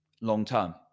long-term